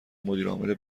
مدیرعامل